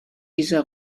dieser